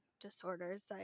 disorders